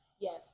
yes